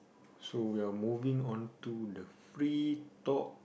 so we are moving onto the free talk